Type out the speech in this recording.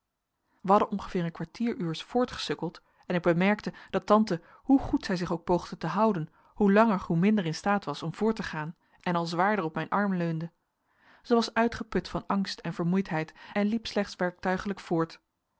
hadden ongeveer een kwartieruurs voortgesukkeld en ik bemerkte dat tante hoe goed zij zich ook poogde te houden hoe langer hoe minder in staat was om voort te gaan en al zwaarder op mijn arm leunde zij was uitgeput van angst en vermoeidheid en liep slechts werktuiglijk voort